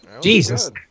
jesus